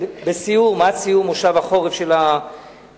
עד סיום מושב החורף של הכנסת,